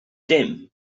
ddim